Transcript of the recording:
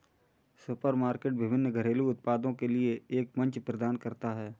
supermarket विभिन्न घरेलू उत्पादों के लिए एक मंच प्रदान करता है